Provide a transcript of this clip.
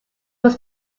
was